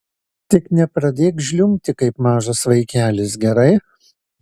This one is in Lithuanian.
tik nepradėk žliumbti kaip mažas vaikelis gerai